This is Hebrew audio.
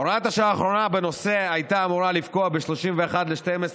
הוראת השעה האחרונה בנושא הייתה אמורה לפקוע ב-31 בדצמבר